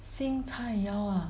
新菜肴 ah